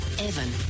Evan